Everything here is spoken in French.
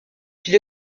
puis